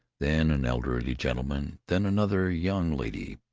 then an elderly gentleman, then another young lady,